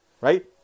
right